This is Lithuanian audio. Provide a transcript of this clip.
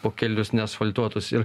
po kelius neasfaltuotus ir